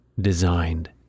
designed